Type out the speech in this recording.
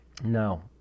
No